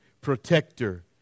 protector